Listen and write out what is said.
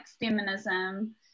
feminism